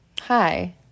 Hi